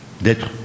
d'être